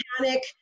panic